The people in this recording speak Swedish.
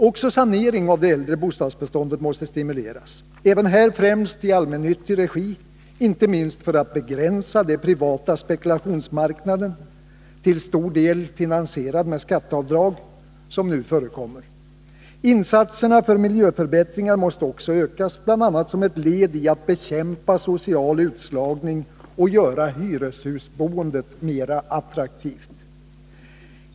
Också saneringen av det äldre bostadsbeståndet måste stimuleras, även här främst i allmännyttig regi, inte minst för att begränsa den privata spekulationsmarknad, till stor del finansierad med skatteavdrag, som nu förekommer. Insatserna för miljöförbättringar måste också ökas, bl.a. som ett led i bekämpandet av social utslagning och för att göra hyreshusboendet mer attraktivt.